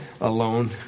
alone